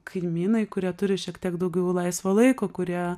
kaimynai kurie turi šiek tiek daugiau laisvo laiko kurie